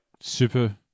super